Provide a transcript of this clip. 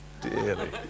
dearly